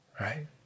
right